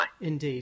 Indeed